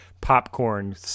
popcorn